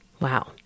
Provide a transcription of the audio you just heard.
Wow